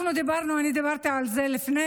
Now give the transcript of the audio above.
אני דיברתי על זה לפני,